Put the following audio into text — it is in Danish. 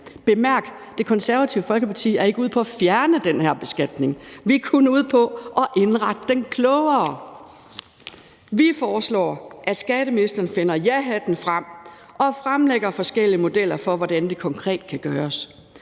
Bemærk: Det Konservative Folkeparti er ikke ude på at fjerne den her beskatning; vi er kun ude på at indrette den klogere. Vi foreslår, at skatteministeren finder jahatten frem og fremlægger forskellige modeller for, hvordan det konkret kan gøres.